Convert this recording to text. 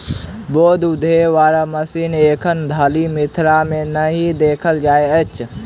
बोझ उघै बला मशीन एखन धरि मिथिला मे नहि देखल जाइत अछि